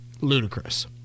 ludicrous